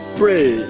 pray